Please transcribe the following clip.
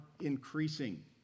increasing